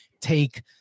take